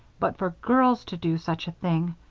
but for girls to do such a thing!